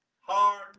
hard